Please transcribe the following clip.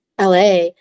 LA